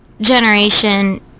generation